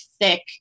thick